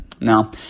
Now